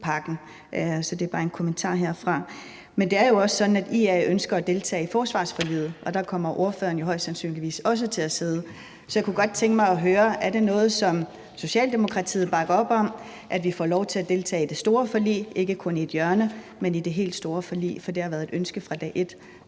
pakken. Det skal bare være en kommentar herfra. Men der er jo også sådan, at IA ønsker at deltage i forsvarsforliget, og der kommer ordføreren jo højst sandsynligt også til at sidde med. Så jeg kunne godt tænke mig høre, om det er noget, som Socialdemokratiet bakker op om, altså at vi får lov til at deltage i det store forlig – ikke kun i et hjørne af det, men i det helt store forlig – for det har været et ønske fra dag et,